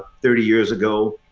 thirty years ago,